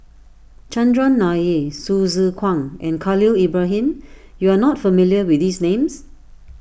Chandran Nair Hsu Tse Kwang and Khalil Ibrahim you are not familiar with these names